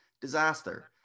disaster